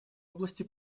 области